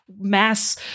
mass